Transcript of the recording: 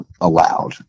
allowed